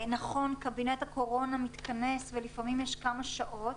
נכון, קבינט הקורונה מתכנס ולפעמים יש כמה שעות